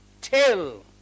till